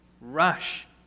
rush